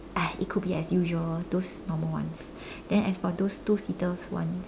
uh it could be as usual those normal ones then as for those two seater one